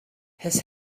his